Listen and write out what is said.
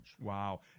Wow